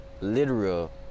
Literal